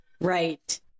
Right